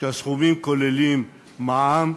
כשהסכומים כוללים מע"מ,